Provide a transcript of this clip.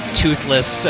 toothless